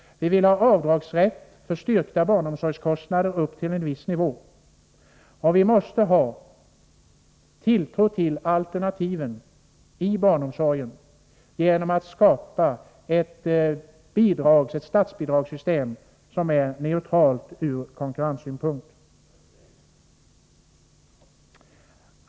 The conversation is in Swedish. Vi vill ha avdragsrätt för styrkta barnomsorgskostnader upp till en viss nivå, och det måste finnas tilltro till alternativen i barnomsorgen genom att det skapas ett statsbidragssystem som är neutralt ur konkurrenssynpunkt.